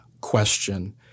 question